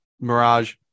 Mirage